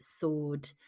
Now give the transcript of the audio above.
sword